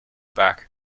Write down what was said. back